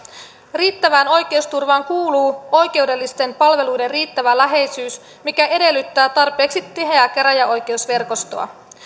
riittävään oikeusturvaan kuuluu oikeudellisten palveluiden riittävä läheisyys mikä edellyttää tarpeeksi tiheää käräjäoikeusverkostoa